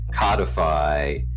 codify